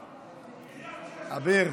איתמר,